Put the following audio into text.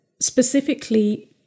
specifically